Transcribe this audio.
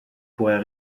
pourrait